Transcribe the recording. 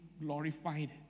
glorified